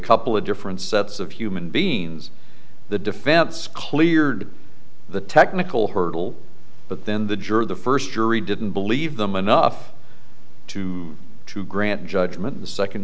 couple of different sets of human beings the defense cleared the technical hurdle but then the juror the first jury didn't believe them enough to to grant judgment the second